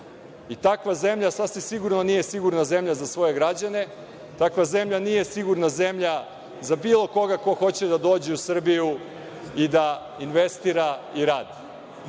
Takva zemlja sasvim sigurno nije sigurna zemlja za svoje građane, takva zemlja nije sigurna zemlja za bilo koga ko hoće da dođe u Srbiju i da investira i radi.